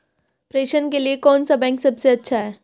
प्रेषण के लिए कौन सा बैंक सबसे अच्छा है?